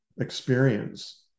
experience